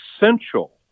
essential